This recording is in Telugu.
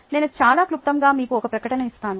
నేను చాలా క్లుప్తంగా మీకు ఒక ప్రకటన ఇస్తాను